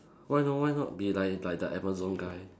why not why not be like like the Amazon guy